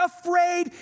afraid